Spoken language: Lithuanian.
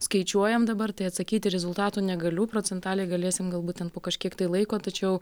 skaičiuojam dabar tai atsakyti rezultatų negaliu procentaliai galėsim galbūt ten po kažkiek laiko tačiau